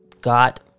got